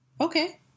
Okay